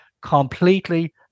completely